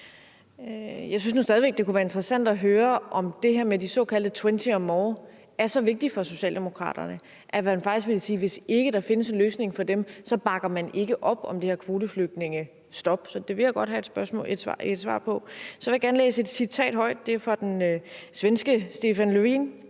stadig væk, det kunne være interessant at høre, om det her med de såkaldte twenty or more er så vigtigt for socialdemokraterne, at man faktisk vil sige, at hvis der ikke findes en løsning for dem, så bakker man ikke op om det her kvoteflygtningestop. Det vil jeg godt have et svar på. Så vil jeg gerne læse et citat højt. Det er fra den svenske Stefan Löfven.